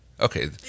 Okay